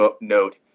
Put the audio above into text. note